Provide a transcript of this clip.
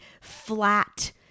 flat